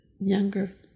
younger